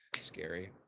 scary